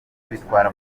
bitwara